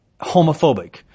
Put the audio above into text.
homophobic